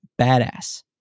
badass